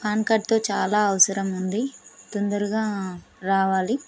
pan కార్డ్తో చాలా అవసరం ఉంది తొందరగా రావాలి